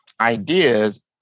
ideas